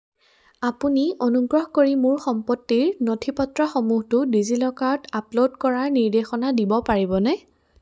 আপুনি অনুগ্ৰহ কৰি মোৰ সম্পত্তিৰ নথিপত্ৰসমূহটো ডিজিলকাৰত আপলোড কৰাৰ নিৰ্দেশনা দিব পাৰিবনে